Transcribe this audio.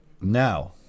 now